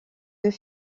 deux